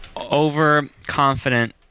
overconfident